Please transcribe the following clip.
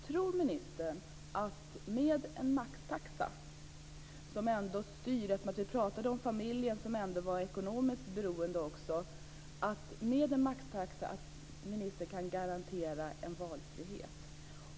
Tror ministern att hon med en maxtaxa - vi pratade ju om familjen och det ekonomiska beroendet - kan garantera valfrihet?